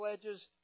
pledges